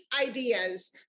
ideas